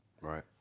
Right